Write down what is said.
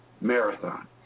Marathon